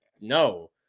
no